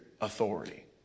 authority